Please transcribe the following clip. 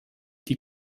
die